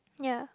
ya